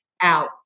out